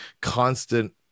constant